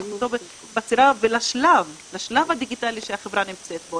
בצורה ובשלב הדיגיטלי שהחברה נמצאת בו,